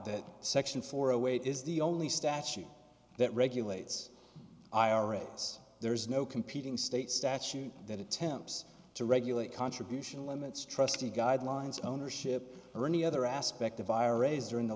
that section four a way it is the only statute that regulates iras there is no competing state statute that attempts to regulate contribution limits trustee guidelines ownership or any other aspect of viruses during the